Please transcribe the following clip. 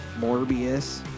Morbius